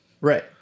right